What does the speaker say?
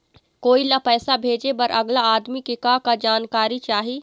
कोई ला पैसा भेजे बर अगला आदमी के का का जानकारी चाही?